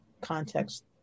context